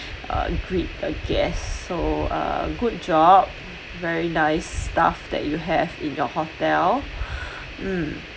uh greet the guests so uh good job very nice staff that you have in your hotel